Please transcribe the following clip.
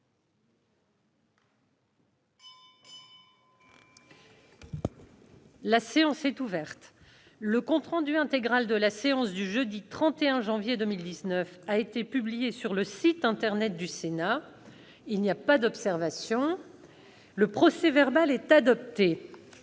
La séance est ouverte. Le compte rendu intégral de la séance du jeudi 31 janvier 2019 a été publié sur le site internet du Sénat. Il n'y a pas d'observation ?... Le procès-verbal est adopté.